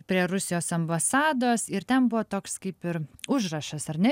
prie rusijos ambasados ir ten buvo toks kaip ir užrašas ar ne